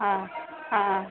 हँ हँ